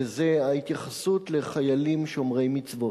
וזה ההתייחסות לחיילים שומרי מצוות.